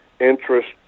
Interest